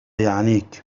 يعنيك